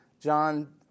John